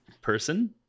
person